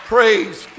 Praise